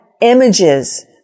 images